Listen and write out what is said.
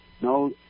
No